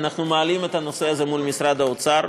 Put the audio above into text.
ואנחנו מעלים את הנושא הזה מול משרד האוצר